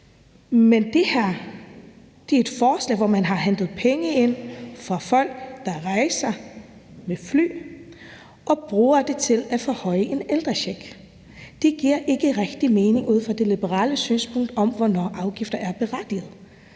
Men det her er et forslag, hvor man henter penge ind fra folk, der rejser med fly, og bruger pengene til at forhøje en ældrecheck. Det giver ikke rigtig mening ud fra det liberale synspunkt om, hvornår afgifter er berettiget,